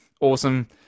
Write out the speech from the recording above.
awesome